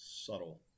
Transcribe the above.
Subtle